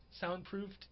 soundproofed